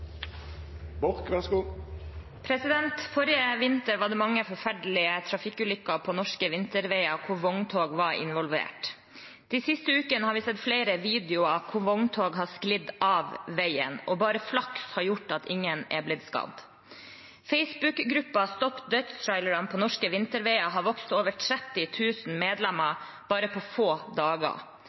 vinter var det mange forferdelige trafikkulykker på norske vinterveier hvor vogntog var involvert. De siste ukene har vi sett flere videoer hvor vogntog har sklidd av veien, og bare flaks har gjort at ingen er blitt skadd. Facebook-gruppen «Stopp dødstrailerne på norske vinterveier!» har vokst til over 30 000 medlemmer på bare få dager.